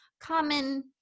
common